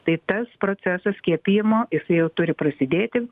tai tas procesas skiepijimo jisai jau turi prasidėti